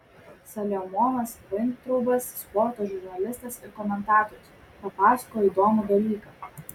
saliamonas vaintraubas sporto žurnalistas ir komentatorius papasakojo įdomų dalyką